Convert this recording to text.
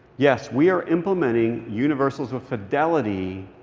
yes, we are implementing universals with fidelity,